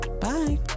bye